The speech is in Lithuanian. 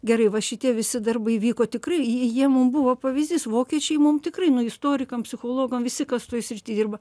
gerai va šitie visi darbai vyko tikrai jie mum buvo pavyzdys vokiečiai mum tikrai nu istorikam psichologam visi kas toj srity dirba